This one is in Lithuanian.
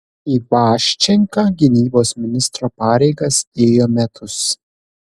ivaščenka gynybos ministro pareigas ėjo metus